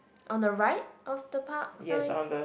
on the right of the park sign